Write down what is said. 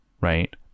right